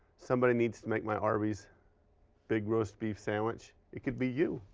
somebody needs to make my arby's big roast beef sandwich. it could be you,